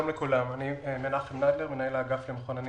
אני מנחם נדלר, מנהל האגף למחוננים